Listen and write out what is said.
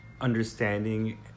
understanding